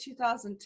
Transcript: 2010